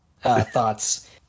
thoughts